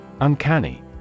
Uncanny